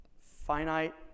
finite